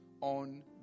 on